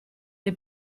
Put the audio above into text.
dei